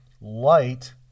light